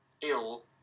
ill